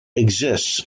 exists